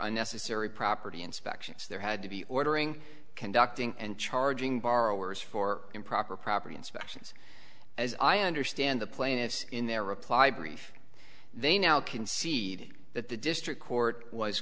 unnecessary property inspections there had to be ordering conducting and charging borrowers for improper property inspections as i understand the plaintiffs in their reply brief they now concede that the district court was